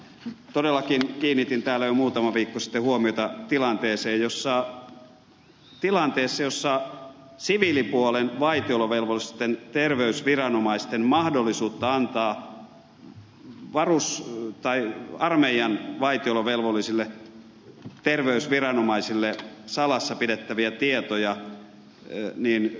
todellakin kiinnitin täällä jo muutama viikko sitten huomiota siviilipuolen vaitiolovelvollisten terveysviranomaisten mahdollisuuteen antaa armeijan vaitiolovelvollisille terveysviranomaisille salassa pidettäviä tietoja